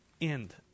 end